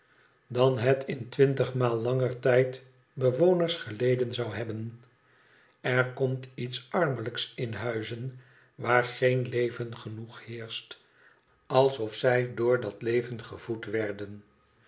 dan het in twintigmaal langer tijdbewonens geleden zou hebben r komt iets armelijks in huizen waar geen leven genoeg heerscht alsof zij door dat leven gevoed werden